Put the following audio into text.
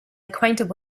acquainted